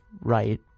right